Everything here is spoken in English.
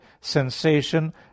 sensation